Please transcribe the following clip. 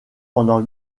pendant